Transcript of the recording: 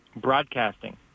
broadcasting